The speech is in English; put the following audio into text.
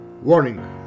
Warning